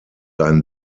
ein